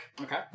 Okay